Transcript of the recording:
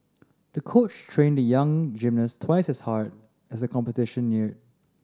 the coach trained the young gymnast twice as hard as the competition neared